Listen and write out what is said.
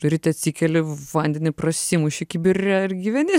ryte atsikeli vandenį prasimuši kibire ir gyveni